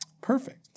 Perfect